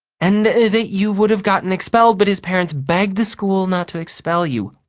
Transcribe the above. and that you would have gotten expelled, but his parents begged the school not to expel you,